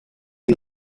war